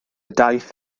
daith